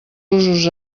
usos